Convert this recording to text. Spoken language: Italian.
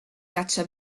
caccia